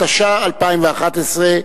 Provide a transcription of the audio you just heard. התשע"א 2011,